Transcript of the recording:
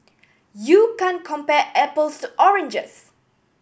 you can compare apples to oranges